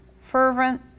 fervent